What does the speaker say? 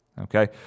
okay